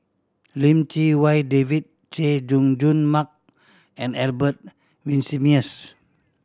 Lim Chee Wai David Chay Jung Jun Mark and Albert Winsemius